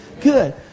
Good